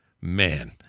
man